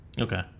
Okay